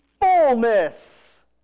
fullness